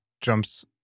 jumps